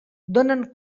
donen